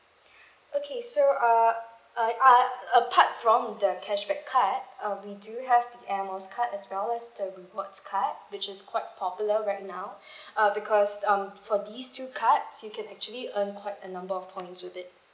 okay so uh uh uh apart from the cashback card uh we do have the air miles card as well as the rewards card which is quite popular right now uh because um for these two cards you can actually earn quite a number of points with it